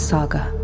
Saga